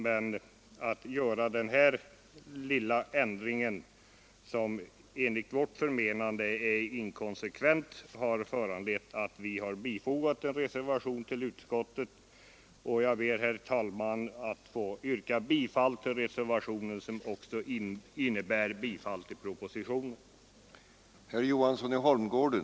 Den här lilla ändringen, som utskottet vill göra och som enligt vårt förmenande är inkonsekvent, har föranlett oss att foga en reservation till utskottets betänkande. Jag ber, herr talman, att få yrka bifall till reservationen, vilket också innebär bifall till propositionen.